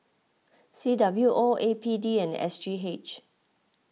C W O A P D and S G H